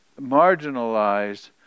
marginalized